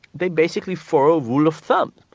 they basically follow rule of thumb.